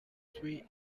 swee